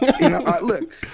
look